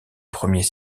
premiers